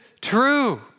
true